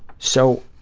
so,